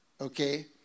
Okay